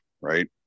right